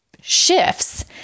shifts